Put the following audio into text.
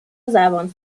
زبان